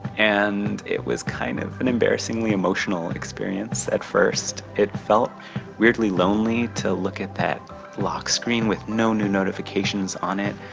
and it was kind of an embarrassingly emotional experience at first. it felt weirdly lonely to look at that lock screen with no new notifications on it.